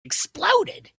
exploded